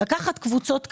לקחת קבוצות כאלה,